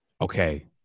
Okay